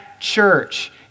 church